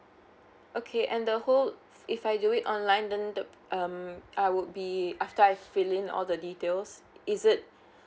okay and the whole if I do it online then the um I would be after I filing all the details is it